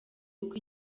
uko